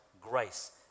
grace